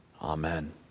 Amen